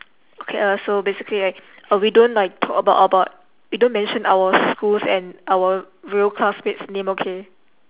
okay lah so basically right uh we don't talk like about about we don't mention our schools and our real classmates names okay